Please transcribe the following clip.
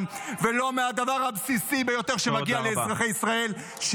ולא מהדבר הבסיסי ביותר שמגיע לאזרחי ישראל -- תודה רבה.